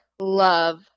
Love